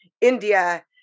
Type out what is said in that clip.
India